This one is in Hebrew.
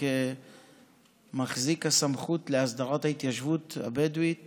כמחזיק הסמכות להסדרת ההתיישבות הבדואית